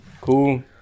cool